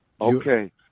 Okay